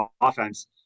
offense